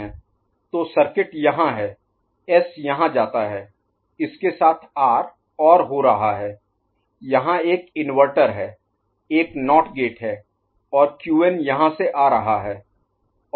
Qn1 S R'Qn D S R'Qn तो circuit यहां है एस यहां जाता है इसके साथ आर OR हो रहा है यहाँ एक इन्वर्टर है एक नॉट गेट है और क्यूएन यहां से आ रहा है